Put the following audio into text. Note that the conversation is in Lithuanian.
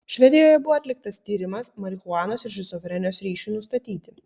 švedijoje buvo atliktas tyrimas marihuanos ir šizofrenijos ryšiui nustatyti